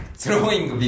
throwing